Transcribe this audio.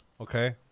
Okay